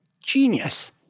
Genius